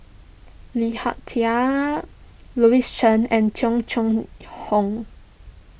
Lee Hak Tai Louis Chen and Tung Chye Hong